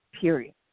period